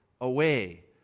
away